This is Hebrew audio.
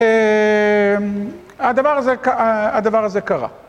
הדבר הזה קרה.